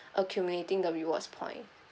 accumulating the rewards point